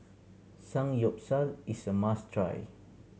Samgyeopsal is a must try